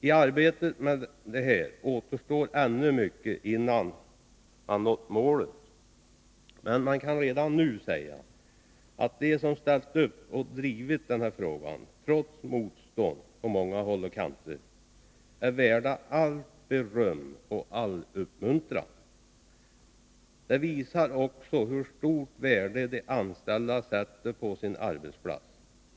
I arbetet med detta återstår ännu mycket innan man nått målet. Men man kan redan nu säga att de som ställt upp och drivit denna fråga, trots motstånd från många håll och kanter, är värda allt beröm och all uppmuntran. Det visar också hur stort värde de anställda sätter på sin arbetsplats.